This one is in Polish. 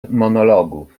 monologów